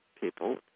people